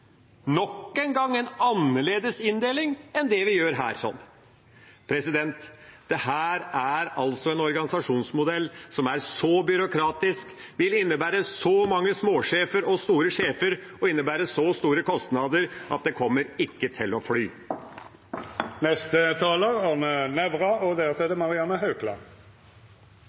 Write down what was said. nok en gang en annerledes inndeling enn det vi gjør her. Dette er en organisasjonsmodell som er så byråkratisk og vil innebære så mange småsjefer og store sjefer og så store kostnader at den kommer ikke til å fly. Jeg vil følge opp representanten Knag Fylkesnes litt på dette med det